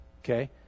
okay